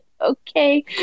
okay